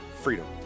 FREEDOM